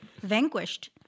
vanquished